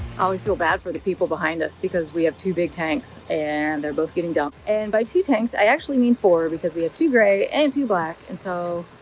always feel bad for the people behind us because we have two big tanks and they're both getting dumped. and by two tanks, i actually mean four because we have two gray and two black. and so,